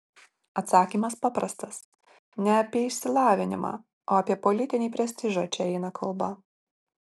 atsakymas paprastas ne apie išsilavinimą o apie politinį prestižą čia eina kalba